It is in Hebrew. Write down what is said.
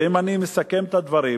ואם אני מסכם את הדברים,